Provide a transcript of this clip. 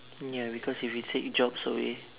ya because if we take jobs away